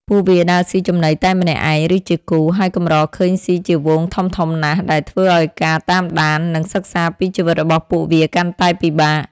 ពួកវាដើរស៊ីចំណីតែម្នាក់ឯង ឬជាគូ ហើយកម្រឃើញស៊ីជាហ្វូងធំៗណាស់ ដែលធ្វើឲ្យការតាមដាន និងសិក្សាពីជីវិតរបស់ពួកវាកាន់តែពិបាក។